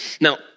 Now